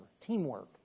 Teamwork